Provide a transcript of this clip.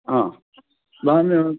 हा भवान्